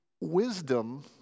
wisdom